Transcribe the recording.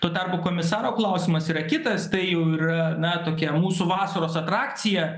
tuo tarpu komisaro klausimas yra kitas tai jau yra na tokia mūsų vasaros atrakcija